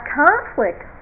conflict